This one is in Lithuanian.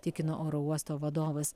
tikino oro uosto vadovas